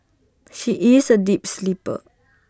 she is A deep sleeper